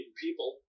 people